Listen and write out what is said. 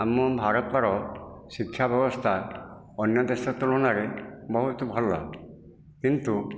ଆମ ଭାରତର ଶିକ୍ଷା ବ୍ୟବସ୍ଥା ଅନ୍ୟ ଦେଶ ତୁଳନାରେ ବହୁତ ଭଲ କିନ୍ତୁ